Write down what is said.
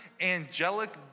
angelic